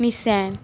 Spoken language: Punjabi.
ਮਿਸੈਨ